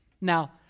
Now